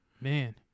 man